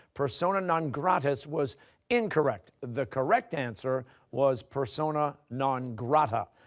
persona non gratis, was incorrect. the correct answer was persona non grata.